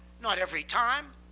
not every time,